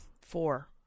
four